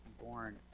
born